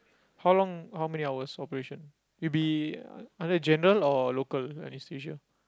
how long how many hours operation it will be under general or local anaesthesia